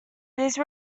these